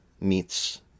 meets